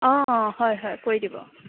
অঁ হয় হয় কৰি দিব